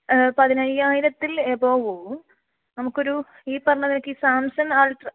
പതിനയ്യായിരത്തിൽ above പോവും നമുക്കൊരു ഈ പറഞ്ഞ കണക്ക് സാംസങ്ങ് അൾട്ര